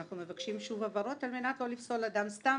אנחנו מבקשים שוב הבהרות על מנת לא לפסול אדם סתם